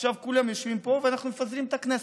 עכשיו כולם יושבים פה ואנחנו מפזרים את הכנסת,